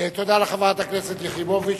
תודה לחברת הכנסת יחימוביץ.